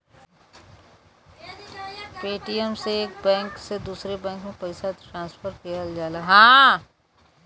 Paytm से एक bank से दूसरे बैंक में पइसा ट्रांसफर किहल जाला